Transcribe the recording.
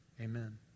amen